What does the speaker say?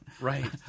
Right